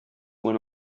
when